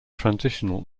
transitional